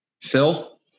Phil